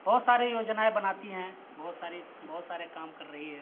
بہت سارے یوجنائیں بناتی ہیں بہت ساری بہت سارے کام کر رہی ہے